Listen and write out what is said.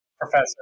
professor